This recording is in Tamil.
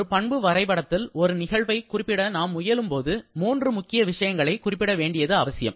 ஒரு பண்பு வரைபடத்தில் ஒரு நிகழ்வை குறிப்பிட நாம் முயலும்போது மூன்று முக்கிய விஷயங்களை குறிப்பிட வேண்டியது அவசியம்